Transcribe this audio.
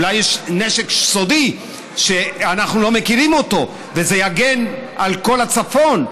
אולי יש נשק סודי שאנחנו לא מכירים אותו וזה יגן על כל הצפון,